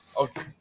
okay